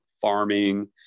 farming